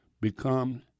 become